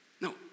No